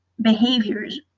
behaviors